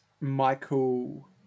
michael